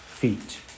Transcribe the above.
feet